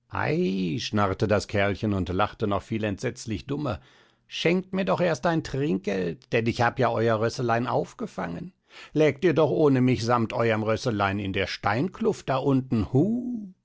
ei schnarrte das kerlchen und lachte noch viel entsetzlich dummer schenkt mir doch erst ein trinkgeld denn ich hab ja euer rösselein aufgefangen lägt ihr doch ohne mich samt euerm rösselein in der steinkluft da unten hu